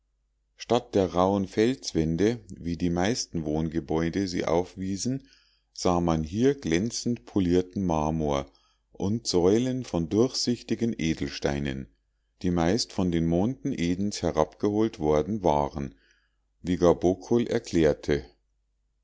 statt der rauhen felswände wie die meisten wohngebäude sie aufwiesen sah man hier glänzend polierten marmor und säulen von durchsichtigen edelsteinen die meist von den monden edens herabgeholt worden waren wie gabokol erklärte